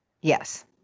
yes